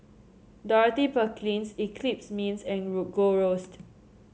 Dorothy Perkins Eclipse Mints and Gold Roast